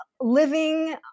living